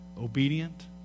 obedient